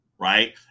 right